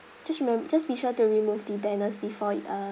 just remem~ just be sure to remove the banners before uh